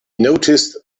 noticed